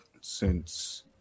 since-